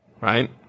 right